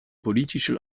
politisches